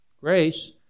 grace